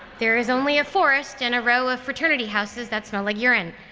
there is only a forest and a row a fraternity houses that smell like urine.